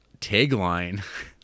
tagline